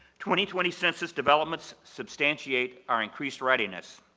twenty twenty census developments substantiate our increased readiness.